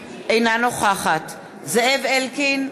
אינה נוכחת זאב אלקין,